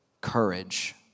courage